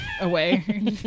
away